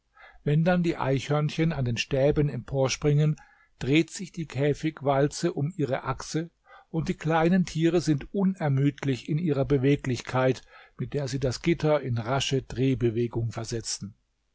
wenn dann die eichhörnchen an den stäben emporspringen dreht sich die käfigwalze um ihre axe und die kleinen tiere sind unermüdlich in ihrer beweglichkeit mit der sie das gitter in rasche drehbewegung versetzen